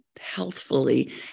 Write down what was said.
healthfully